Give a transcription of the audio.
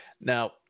Now